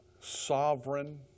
sovereign